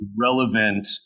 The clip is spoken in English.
relevant